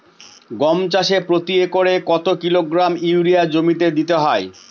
গম চাষে প্রতি একরে কত কিলোগ্রাম ইউরিয়া জমিতে দিতে হয়?